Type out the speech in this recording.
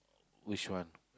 which one